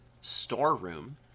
Storeroom